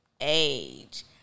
age